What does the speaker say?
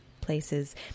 places